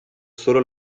solo